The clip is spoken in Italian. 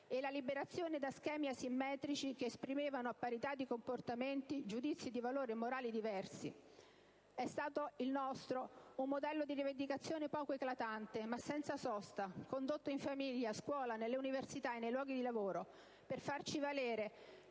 e la liberazione da schemi asimmetrici che esprimevano, a parità di comportamenti, giudizi di valore e morali diversi. È stato, il nostro, un modello di rivendicazione poco eclatante, ma senza sosta: condotto in famiglia, a scuola, nelle università e nei luoghi di lavoro per farci valere,